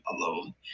alone